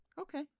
Okay